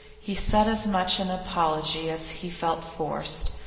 he said as much in apology as he felt forced,